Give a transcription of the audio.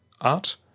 art